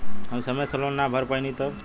हम समय से लोन ना भर पईनी तब?